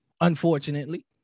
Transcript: Unfortunately